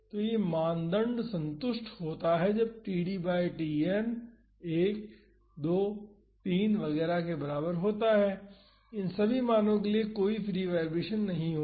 तो यह मानदंड संतुष्ट होता है जब td बाई Tn 1 2 3 वगैरह के बराबर होता है तो इन मानों के लिए कोई फ्री वाईब्रेशन नहीं होगा